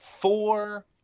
Four